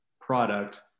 product